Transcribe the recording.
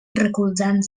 recolzant